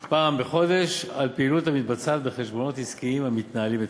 פעם בחודש על פעילות המתבצעת בחשבונות עסקיים המתנהלים אצלם.